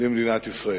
למדינת ישראל.